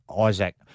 Isaac